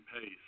pace